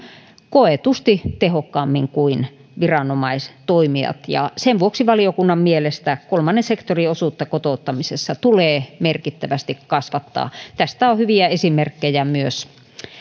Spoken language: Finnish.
koetusti tehokkaammin kuin viranomaistoimijat sen vuoksi valiokunnan mielestä kolmannen sektorin osuutta kotouttamisessa tulee merkittävästi kasvattaa tästä on hyviä esimerkkejä